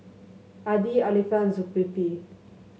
Adi Alfian Zulkifli